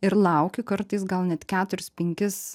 ir lauki kartais gal net keturis penkis